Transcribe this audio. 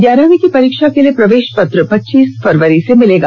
ग्यारहवीं की परीक्षा के लिए प्रवेश पत्र पच्चीस फरवरी से मिलेगा